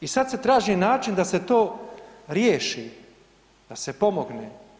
I sada se traži način da se to riješi, da se pomogne.